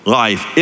life